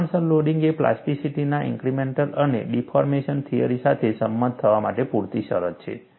પ્રમાણસર લોડિંગ એ પ્લાસ્ટિસિટીના ઇન્ક્રિમેન્ટલ અને ડિફોર્મેશન થિયરી સાથે સંમત થવા માટે પૂરતી શરત છે